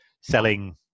selling